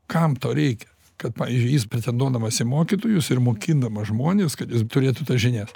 kam to reikia kad pavyzdžiui jis pretenduodamas į mokytojus ir mokindamas žmones kad jis turėtų tas žinias